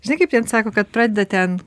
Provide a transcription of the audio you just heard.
žinai kaip ten sako kad pradeda ten